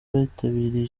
bitabiriye